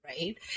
right